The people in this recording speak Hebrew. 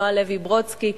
נועה לוי ברודסקי,